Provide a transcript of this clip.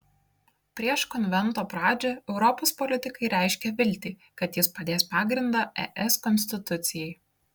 prieš konvento pradžią europos politikai reiškė viltį kad jis padės pagrindą es konstitucijai